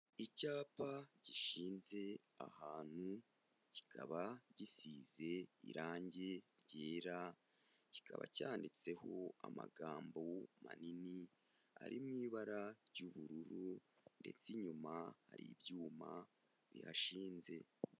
Icyapa gishinze ahantu kikaba gisize irange ryera, kikaba cyanditseho amagambo manini ari mu ibara ry'ubururu ndetse inyuma hari ibyuma bihashinze.